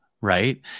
right